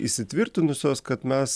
įsitvirtinusios kad mes